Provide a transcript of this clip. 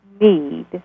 need